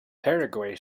paraguay